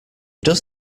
does